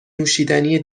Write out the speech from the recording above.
نوشیدنی